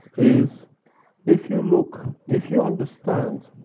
is if you look, if you understand,